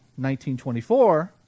1924